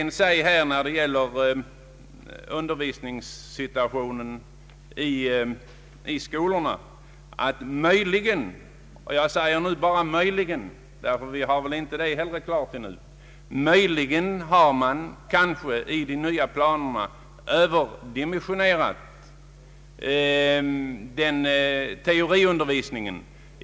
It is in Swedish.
När det gäller undervisningen i skolorna har man möjligen — jag säger möjligen därför att det väl inte är utrett ännu — i de nya kursplanerna överdimensionerat teoriundervisningen.